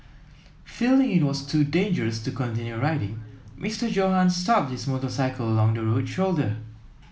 feeling it was too dangerous to continue riding Mister Johann stopped his motorcycle along the road shoulder